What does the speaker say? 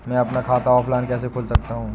मैं अपना खाता ऑफलाइन कैसे खोल सकता हूँ?